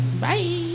Bye